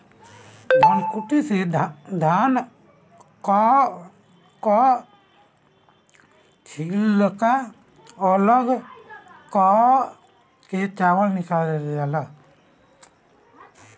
धनकुट्टी से धान कअ छिलका अलग कअ के चावल निकालल जाला